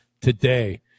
today